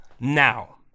now